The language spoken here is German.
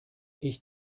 ich